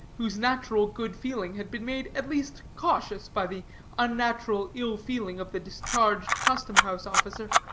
whose natural good-feeling had been made at least cautious by the unnatural ill-feeling of the discharged custom-house officer.